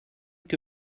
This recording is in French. que